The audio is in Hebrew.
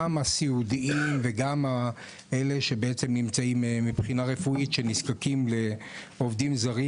גם הסיעודיים וגם אלה שנזקקים מבחינה רפואית לעובדים זרים.